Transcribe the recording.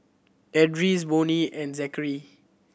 Edris Bonny and Zakary